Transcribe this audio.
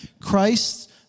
Christ